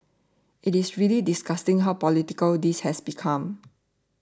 it is really disgusting how political this has become